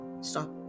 Stop